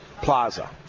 plaza